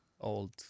old